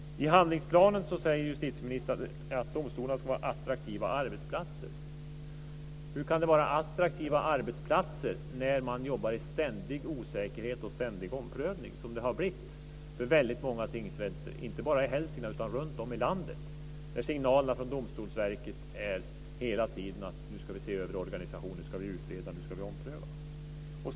I handlingsplanen säger justitieministern att domstolarna ska vara attraktiva arbetsplatser. Hur ska de vara attraktiva arbetsplatser när man jobbar i ständig osäkerhet och ständig omprövning, som det har blivit vid väldigt många tingsrätter inte bara i Hälsingland utan runtom i landet? Signalerna från Domstolsverket är hela tiden: Nu ska vi se över organisationen, nu ska vi utreda och nu ska vi ompröva.